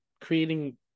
creating